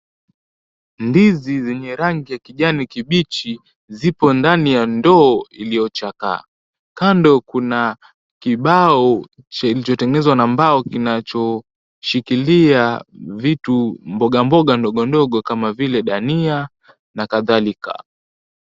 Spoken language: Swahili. Ndizi zenye rangi ya kijani kibichi zipo ndani ya ndoo iliyochakaa. Kando kuna kibao kilichotengenezwa na mbao kinachoshikilia vitu mbogamboga ndogondogo kama vile dania na kadhalika.